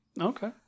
okay